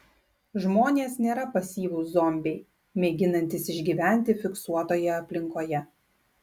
žmonės nėra pasyvūs zombiai mėginantys išgyventi fiksuotoje aplinkoje